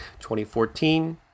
2014